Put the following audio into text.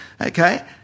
Okay